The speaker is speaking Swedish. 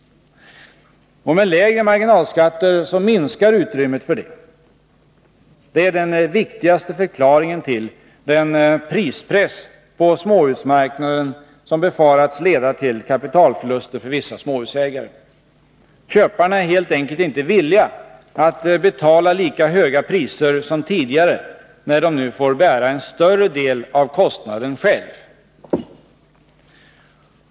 Med lägre marginalskatter minskar utrymmet för det. Det är den viktigaste förklaringen till den prispress på småhusmarknaden som befarats leda till kapitalförluster för vissa småhusägare. Köparna är helt enkelt inte villiga att betala lika höga priser som tidigare, när de nu får bära en större del av kostnaden själva.